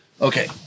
Okay